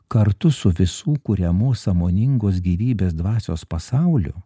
kartu su visų kuriamu sąmoningos gyvybės dvasios pasauliu